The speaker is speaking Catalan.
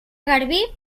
garbí